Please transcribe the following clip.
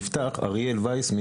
אנחנו